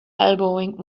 elbowing